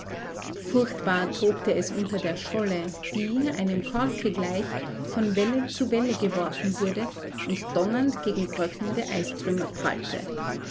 furchtbar tobte es unter der scholle die einem korke gleich von welle zu welle geworfen wurde und donnernd gegen bröckelnde eistrümmer prallte